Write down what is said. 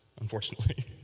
unfortunately